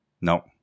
no